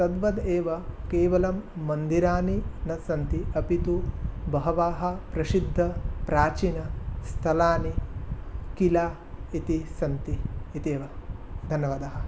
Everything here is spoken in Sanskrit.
तद्वद् एव केवलं मन्दिराणि न सन्ति अपि तु बहवः प्रसिद्धप्राचीनस्थलानि किला इति सन्ति इत्येव धन्यवादाः